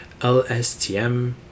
LSTM